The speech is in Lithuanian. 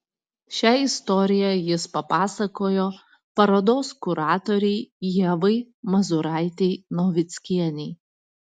šią istoriją jis papasakojo parodos kuratorei ievai mazūraitei novickienei